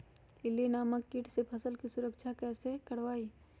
इल्ली नामक किट से फसल के सुरक्षा कैसे करवाईं?